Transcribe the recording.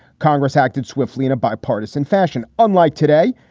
congress acted swiftly in a bipartisan fashion, unlike today.